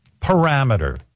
parameter